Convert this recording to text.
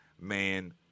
man